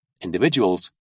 individuals